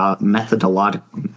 methodological –